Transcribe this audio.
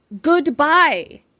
goodbye